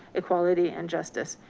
equality, and justice.